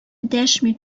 дәшми